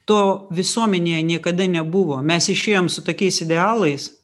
to visuomenėje niekada nebuvo mes išėjom su tokiais idealais